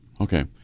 Okay